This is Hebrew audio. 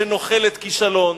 שנוחלת כישלון,